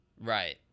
Right